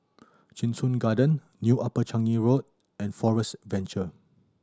Cheng Soon Garden New Upper Changi Road and Forest Adventure